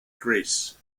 greece